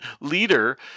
leader